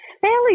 fairly